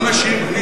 לא הנשים.